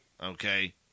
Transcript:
okay